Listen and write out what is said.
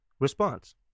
response